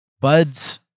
buds